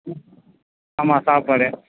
ம் ஆமாம் சாப்பாடு